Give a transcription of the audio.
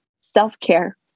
self-care